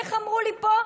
איך אמרו לי פה?